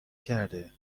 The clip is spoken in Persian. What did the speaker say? کرده